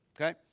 okay